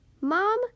Mom